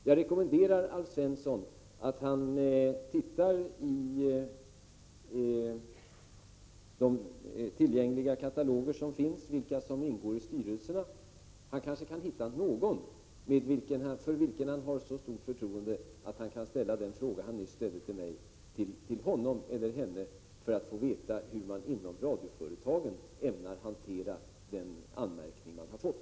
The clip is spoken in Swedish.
Jag rekommenderar Alf Svensson att se efter i tillgängliga kataloger vilka som ingår i styrelserna. Han kanske hittar någon för vilken han har förtroende och till vilken han kan ställa den fråga han ställde till mig för att få veta hur Radioföretagen ämnar hantera de anmärkningar dessa har fått.